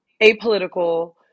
apolitical